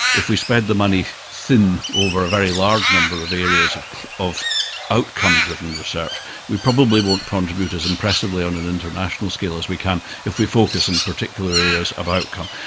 if we spread the money thin over a very large number of areas of of outcome driven research we probably won't contribute as impressively on an international scale as we can if we focus in particular areas of outcome.